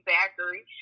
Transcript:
Zachary